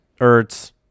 Ertz